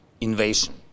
invasion